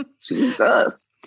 Jesus